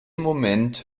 moment